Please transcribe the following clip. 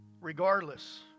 Regardless